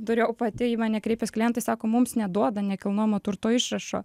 turėjau pati į mane kreipės klientai sako mums neduoda nekilnojamo turto išrašo